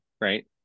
right